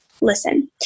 listen